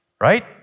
right